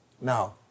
Now